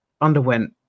underwent